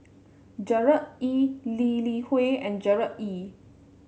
Gerard Ee Lee Li Hui and Gerard Ee